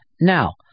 Now